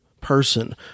person